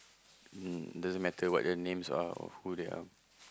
um doesn't matter what their names are or who they are